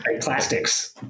Plastics